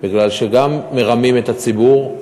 כי גם מרמים את הציבור,